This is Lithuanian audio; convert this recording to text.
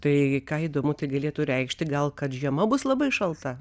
tai ką įdomu tai galėtų reikšti gal kad žiema bus labai šalta